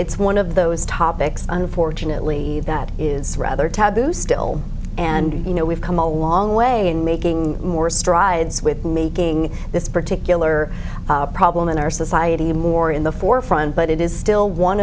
it's one of those topics unfortunately that is rather taboo still and you know we've come a long way in making more strides with making this particular problem in our society more in the forefront but it is still one